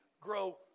grow